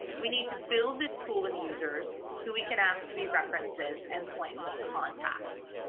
we need to build this pool of users who we can ask to be references and points of contact.